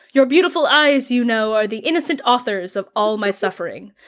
your beautiful eyes, you know, are the innocent authors of all my suffering.